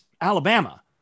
Alabama